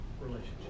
relationship